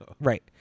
Right